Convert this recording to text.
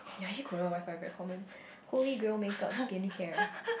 ya Korea WiFi is very common Holy Grail make up skin care